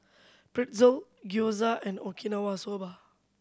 Pretzel Gyoza and Okinawa Soba